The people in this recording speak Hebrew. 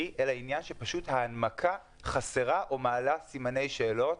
אלא שההנמקה חסרה או מעלה סימני שאלה,